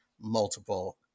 multiple